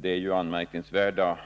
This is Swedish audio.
Det är anmärkningsvärt att